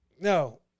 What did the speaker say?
No